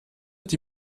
die